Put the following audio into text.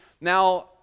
Now